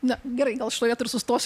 na gerai gal šitoj vietoj ir sustosiu